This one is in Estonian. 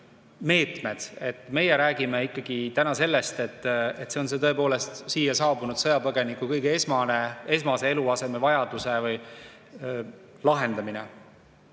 Meie räägime ikkagi täna sellest, et see on tõepoolest siia saabunud sõjapõgeniku esmase eluasemevajaduse [rahuldamine].